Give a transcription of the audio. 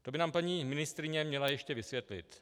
To by nám paní ministryně měla ještě vysvětlit.